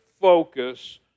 focus